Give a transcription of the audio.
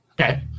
okay